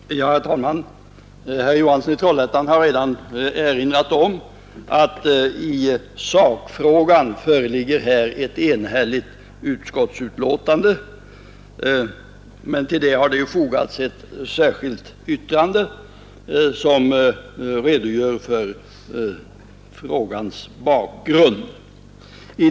Herr talman! Herr Johansson i Trollhättan har redan erinrat om att i sakfrågan föreligger här ett enhälligt utskottsbetänkande. Men till detta har fogats ett särskilt yttrande som redogör för frågans bakgrund.